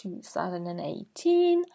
2018